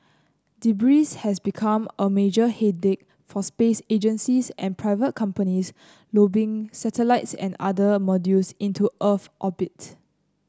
debris has become a major headache for space agencies and private companies lobbing satellites and other modules into Earth orbit